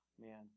man